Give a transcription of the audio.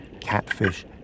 Catfish